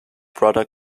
brother